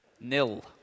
Nil